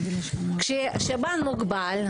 כששב"ן מוגבל,